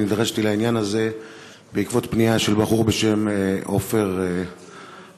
נדרשתי לעניין הזה בעקבות פנייה של בחור בשם עופר לייפרמן,